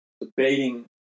debating